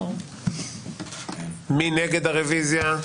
מי נגד הרוויזיה?